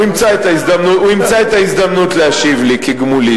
הוא ימצא את ההזדמנות להשיב לי כגמולי.